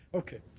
okay.